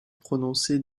prononcé